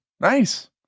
Nice